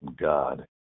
God